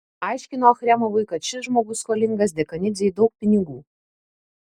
aiškino achremovui kad šis žmogus skolingas dekanidzei daug pinigų